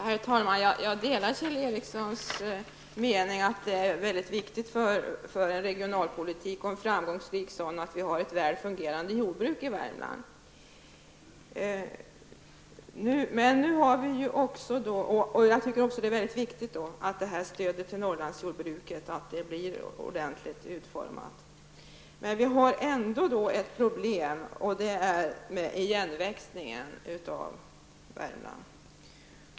Herr talman! Jag instämmer med Kjell Ericsson i att det är mycket viktigt för regionalpolitiken och för en framgångsrik sådan att vi har ett väl fungerande jordbruk i Värmland. Det är också viktigt att stödet till Norrlandsjordbruket blir ordentligt utformat. Men vi har ändå ett problem, nämligen igenväxningen av Värmland.